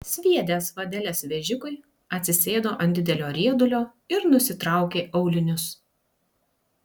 sviedęs vadeles vežikui atsisėdo ant didelio riedulio ir nusitraukė aulinius